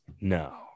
No